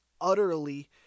utterly